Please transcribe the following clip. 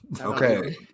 Okay